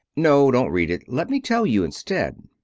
no don't read it. let me tell you instead.